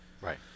Right